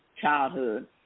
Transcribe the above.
childhood